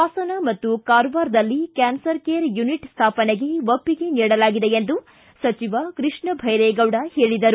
ಹಾಸನ ಮತ್ತು ಕಾರವಾರದಲ್ಲಿ ಕ್ನಾನರ್ care unit ಸ್ನಾಪನೆಗೆ ಒಪ್ಪಿಗೆ ನೀಡಲಾಗಿದೆ ಎಂದು ಸಚಿವ ಕೃಷ್ಣ ಭೈರೆಗೌಡ ಹೇಳಿದರು